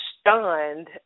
stunned